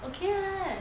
okay [what]